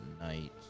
night